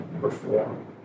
perform